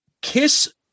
Kiss